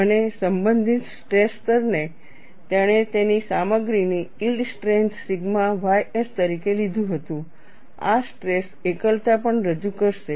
અને સંબંધિત સ્ટ્રેસ સ્તરને તેણે તેની સામગ્રીની યીલ્ડ સ્ટ્રેન્થ સિગ્મા ys તરીકે લીધું હતું આ સ્ટ્રેસ એકલતા પણ રજૂ કરશે